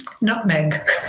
Nutmeg